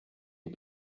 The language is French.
les